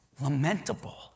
lamentable